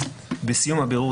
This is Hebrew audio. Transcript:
"(ב) בסיום הבירור,